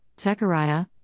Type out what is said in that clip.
Zechariah